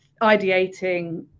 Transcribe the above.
ideating